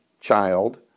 child